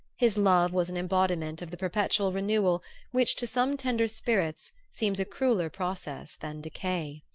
his love was an embodiment of the perpetual renewal which to some tender spirits seems a crueller process than decay.